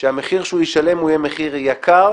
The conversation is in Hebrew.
שהמחיר שהוא ישלם יהיה מחיר יקר,